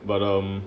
but um